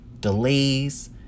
delays